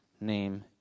name